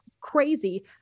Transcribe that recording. crazy